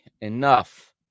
enough